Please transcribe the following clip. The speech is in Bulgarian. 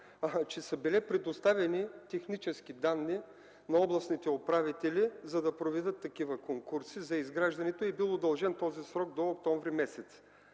че са били предоставени технически данни на областните управители, за да проведат такива конкурси за изграждането и този срок е бил